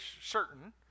certain